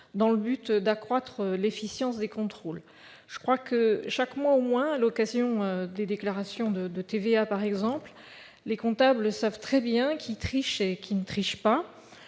dans le but d'accroître l'efficience des contrôles. Chaque mois au moins, lors des déclarations de TVA par exemple, les comptables savent très bien qui triche et qui ne triche pas.